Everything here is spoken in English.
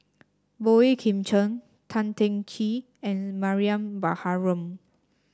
Boey Kim Cheng Tan Teng Kee and Mariam Baharom